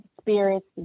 spirits